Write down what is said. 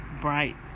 bright